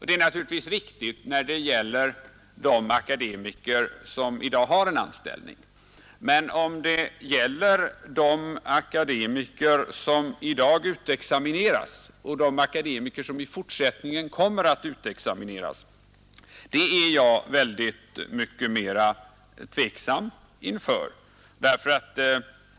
Det är naturligtvis riktigt när det gäller de akademiker som har en anställning. Men om det gäller de akademiker som i dag utexamineras och i fortsättningen kommer att utexamineras är jag mycket mera tveksam inför.